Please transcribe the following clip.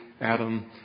Adam